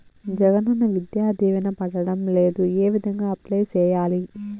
జగనన్న విద్యా దీవెన పడడం లేదు ఏ విధంగా అప్లై సేయాలి